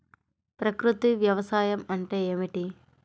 ప్రకృతి వ్యవసాయం అంటే ఏమిటి?